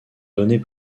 donner